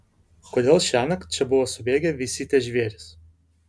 kodėl šiąnakt čia buvo subėgę visi tie žvėrys